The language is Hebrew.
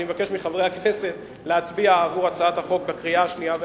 אני מבקש מחברי הכנסת להצביע עבור הצעת החוק בקריאה השנייה והשלישית,